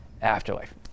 afterlife